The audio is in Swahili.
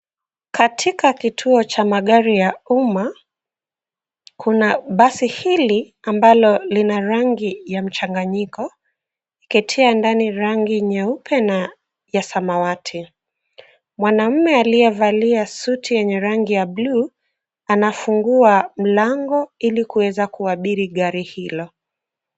Katika kituo cha magari ya umma, kuna basi hili ambalo lina rangi ya mchanganyiko ikitia ndani rangi nyeupe na ya samawati. Mwanaume aliyevalia suti yenye rangi ya bluu anafungua mlango ili kuweza kuabiri gari hilo.